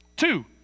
Two